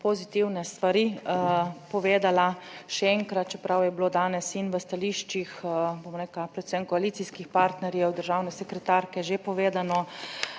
pozitivne stvari povedala še enkrat, čeprav je bilo danes in v stališčih, bom rekla predvsem koalicijskih partnerjev, državne sekretarke že povedano,